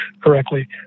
correctly